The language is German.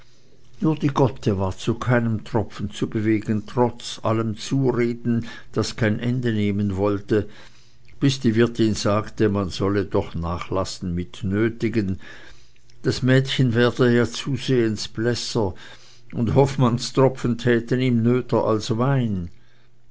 nur die gotte war zu keinem tropfen zu bewegen trotz allem zureden das kein ende nehmen wollte bis die wirtin sagte man solle doch nachlassen mit nötigen das mädchen werde ja zusehends blässer und hoffmannstropfen täten ihm nöter als wein